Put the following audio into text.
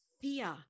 fear